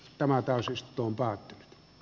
tämä asiasta